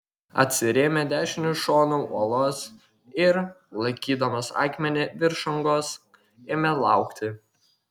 atsirėmė dešiniu šonu uolos ir laikydamas akmenį virš angos ėmė laukti